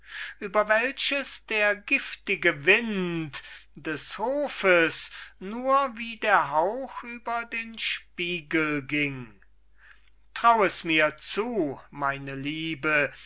ist über welches der giftige wind des hofes nur wie der hauch über den spiegel ging trau es mir zu meine liebe